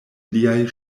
liaj